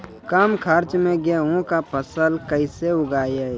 कम खर्च मे गेहूँ का फसल कैसे उगाएं?